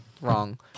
Wrong